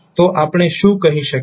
તો આપણે શું કહી શકીએ